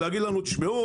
להגיד לנו תשמעו,